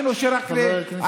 חבר הכנסת סעדי.